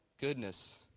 goodness